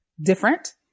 different